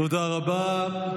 תודה רבה.